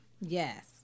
Yes